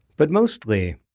but mostly,